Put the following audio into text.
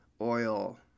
oil